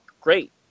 great